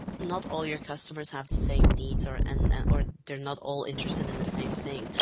not all your customers have the same needs or and or theyire not all interested in the same thing.